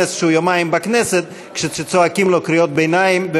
יובל, הוא כבר מזדקן בנאום שלך, די.